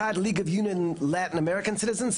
אחד נגד League of United Latin American Citizens,